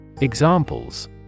Examples